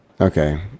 Okay